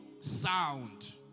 sound